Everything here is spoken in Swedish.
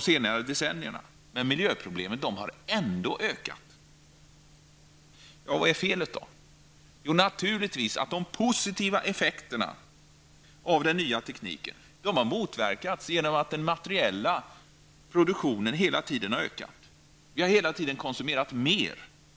senaste decennierna, men miljöproblemen har ändå ökat. Felet är naturligtvis att de positiva effekterna av den nya tekniken har motverkats av att den materiella produktionen hela tiden har ökat. Vi har hela tiden konsumerat mer.